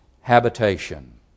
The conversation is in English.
habitation